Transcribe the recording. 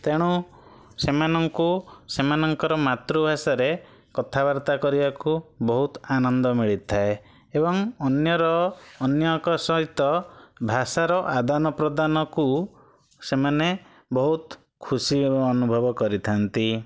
ତେଣୁ ସେମାନଙ୍କୁ ସେମାନଙ୍କର ମାତୃଭାଷାରେ କଥାବାର୍ତ୍ତା କରିବାକୁ ବହୁତ ଆନନ୍ଦ ମିଳିଥାଏ ଏବଂ ଅନ୍ୟର ଅନ୍ୟ ଏକ ସହିତ ଭାଷାର ଆଦାନପ୍ରଦାନକୁ ସେମାନେ ବହୁତ ଖୁସି ଅନୁଭବ କରିଥାନ୍ତି